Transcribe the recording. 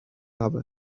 away